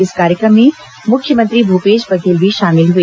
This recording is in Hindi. इस कार्यक्रम में मुख्यमंत्री भूपेश बघेल भी शामिल हुए